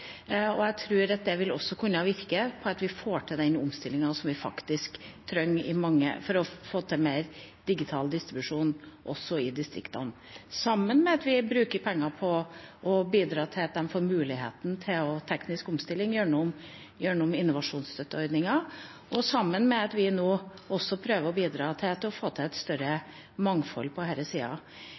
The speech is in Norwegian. Jeg tror det vil kunne virke slik at vi får til den omstillingen som vi faktisk trenger, for å få til mer digital distribusjon også i distriktene, sammen med at vi bruker penger på å bidra til at de får muligheten til teknisk omstilling gjennom innovasjonsstøtteordningen, og sammen med at vi prøver å bidra til å få et større mangfold på den sida.